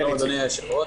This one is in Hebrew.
שלום אדוני היושב-ראש.